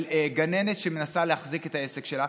של גננת שמנסה להחזיק את העסק שלה,